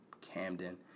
Camden